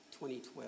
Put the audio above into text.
2012